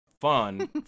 fun